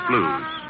Blues